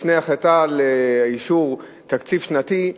לפני החלטה על אישור תקציב שנתי,